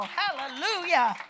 hallelujah